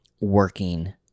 working